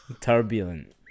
Turbulent